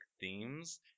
themes